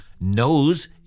knows